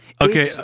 Okay